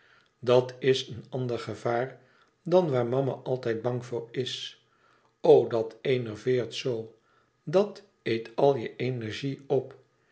dat is een ander gevaar dan waar mama altijd bang voor is o dat enerveert zoo dat eet al je energie op